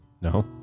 No